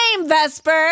Vesper